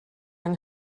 yng